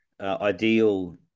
ideal